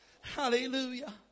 hallelujah